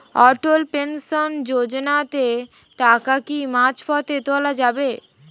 অটল pension যোজনাতে টাকা কি মাঝপথে তোলা যায়?